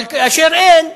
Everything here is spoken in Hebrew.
אבל כאשר אין,